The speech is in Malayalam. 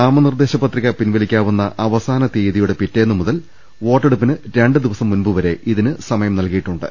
നാമനിർദ്ദേശപത്രിക പിൻവലിക്കാവുന്ന അവസാന തീയ്യതിയുടെ പിറ്റേ ന്നുമുതൽ വോട്ടെടുപ്പിന് രണ്ട് ദിവസം മുമ്പുവരെ ഇതിന് സമയം നൽകി യിട്ടുണ്ട്